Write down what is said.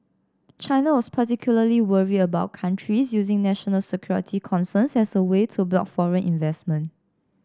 China was particularly worried about countries using national security concerns as a way to block foreign investment